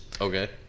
Okay